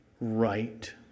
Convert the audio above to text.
right